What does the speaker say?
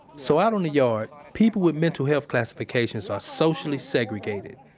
so out on the yard, people with mental health classifications are socially segregated.